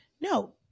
no